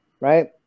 right